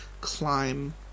climb